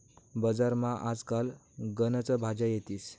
बजारमा आज काल गनच भाज्या येतीस